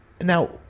now